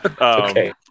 Okay